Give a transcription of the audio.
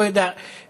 לא יודע איפה,